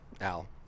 Al